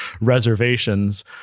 reservations